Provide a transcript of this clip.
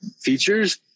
features